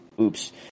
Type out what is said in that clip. oops